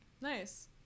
nice